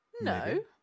No